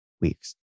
weeks